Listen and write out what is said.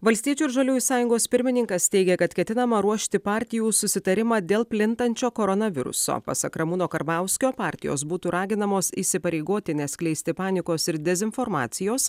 valstiečių ir žaliųjų sąjungos pirmininkas teigia kad ketinama ruošti partijų susitarimą dėl plintančio koronaviruso pasak ramūno karbauskio partijos būtų raginamos įsipareigoti neskleisti panikos ir dezinformacijos